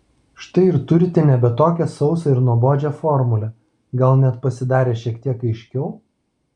štai ir turite nebe tokią sausą ir nuobodžią formulę gal net pasidarė šiek tiek aiškiau